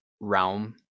realm